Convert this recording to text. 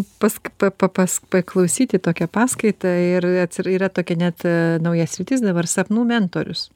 pask pa pa pask paklausyti tokią paskaitą ir ats yra tokia net nauja sritis dabar sapnų mentorius